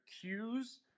cues